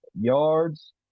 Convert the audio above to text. yards